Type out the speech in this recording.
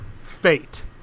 Fate